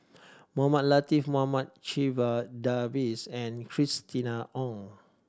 Mohamed Latiff Mohamed Checha Davies and Christina Ong